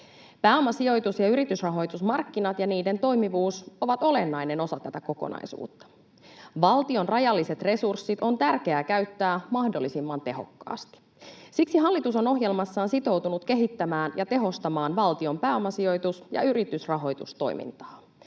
Pääomasijoitus- ja yritysrahoitusmarkkinat ja niiden toimivuus ovat olennainen osa tätä kokonaisuutta. Valtion rajalliset resurssit on tärkeää käyttää mahdollisimman tehokkaasti. Siksi hallitus on ohjelmassaan sitoutunut kehittämään ja tehostamaan valtion pääomasijoitus- ja yritysrahoitustoimintaa.